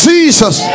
Jesus